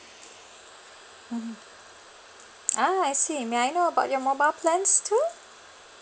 mmhmm ah I see may I know about your mobile plans too